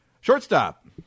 shortstop